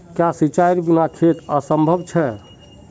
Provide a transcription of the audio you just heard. क्याँ सिंचाईर बिना खेत असंभव छै?